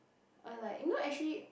or like you know actually